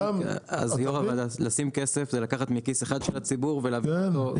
אז לשים כסף זה לקחת מכיס אחד של הציבור ולהעביר אותו --- כן,